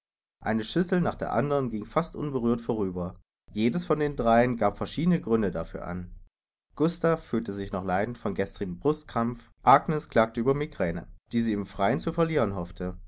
eine schüssel nach der andern ging fast unberührt vorüber jedes von den dreien gab verschiedene gründe dafür an gustav fühlte sich noch leidend von gestrigem brustkrampf agnes klagte über migraine die sie im freien zu verlieren hoffte